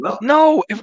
No